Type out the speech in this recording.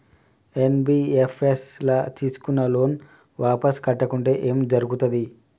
NBFS ల తీస్కున్న loan వాపస్ కట్టకుంటే ఏం జర్గుతది?